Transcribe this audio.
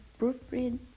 proofread